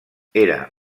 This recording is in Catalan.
era